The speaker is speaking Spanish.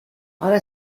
ahora